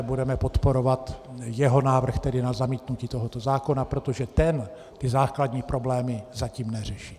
Budeme podporovat jeho návrh, tedy na zamítnutí tohoto zákona, protože ten základní problémy zatím neřeší.